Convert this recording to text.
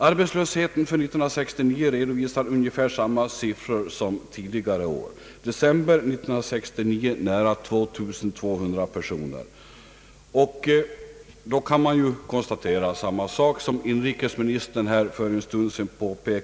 Arbetslöshetsstatistiken för år 1969 redovisar ungefär samma siffror som tidigare år, i december 1969 ca 2200 personer.